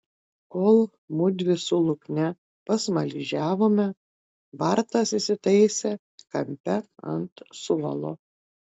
kol mudvi su lukne pasmaližiavome bartas įsitaisė kampe ant suolo